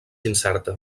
incerta